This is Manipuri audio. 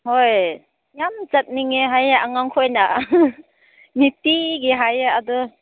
ꯍꯣꯏ ꯌꯥꯝ ꯆꯠꯅꯤꯡꯉꯦ ꯍꯥꯏꯌꯦ ꯑꯉꯥꯡ ꯈꯣꯏꯅ ꯅꯨꯡꯇꯤꯒꯤ ꯍꯥꯏꯌꯦ ꯑꯗꯣ